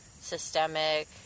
systemic